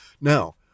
Now